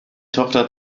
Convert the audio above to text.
tochter